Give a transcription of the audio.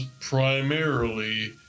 primarily